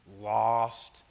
lost